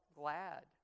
glad